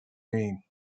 name